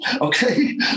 Okay